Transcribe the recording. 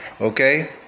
Okay